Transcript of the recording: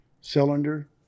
cylinder